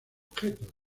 objeto